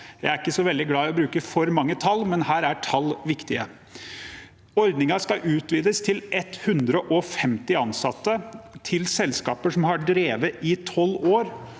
Jeg er ikke så veldig glad i å bruke for mange tall, men her er tall viktige. Ordningen skal utvides til maksimalt 150 ansatte, til selskaper som har drevet i 12 år,